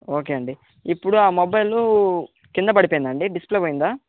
okay అండి ఇప్పుడు ఆ మొబైలు కింద పడిపోయిందా అండి డిస్ప్లే పోయిందా